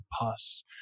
pus